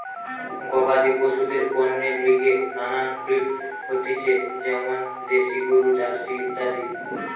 গবাদি পশুদের পণ্যের লিগে নানান ব্রিড হতিছে যেমন দ্যাশি গরু, জার্সি ইত্যাদি